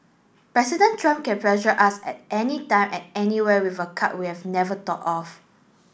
president Trump can pressure us at anytime at anywhere with a card we'd never thought of